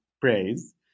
praise